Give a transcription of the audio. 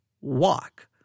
walk